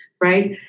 Right